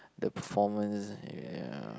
the performance ya